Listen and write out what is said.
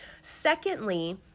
Secondly